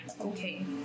okay